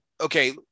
okay